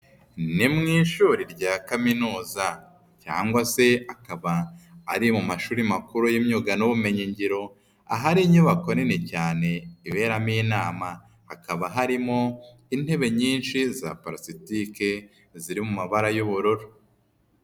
Ni mu ishuri rya Kaminuza cyangwa se akaba ari mu mashuri makuru y'imyuga n'ubumenyi ngiro, ahari inyubako nini cyane iberamo inama, hakaba harimo intebe nyinshi za parasitike ziri mu mabara y'ubururu.